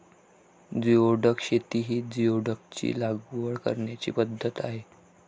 geoduck शेती ही जिओडॅकची लागवड करण्याची पद्धत आहे